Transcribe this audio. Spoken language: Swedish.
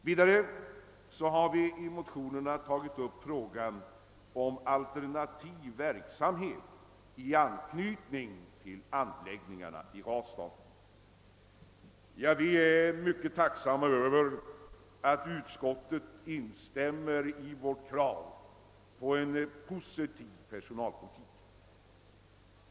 Vidare har vi i motionerna tagit upp frågan om alternativ verksamhet i an Vi är tacksamma Över att utskottet instämmer i vårt krav på en positiv personalpolitik.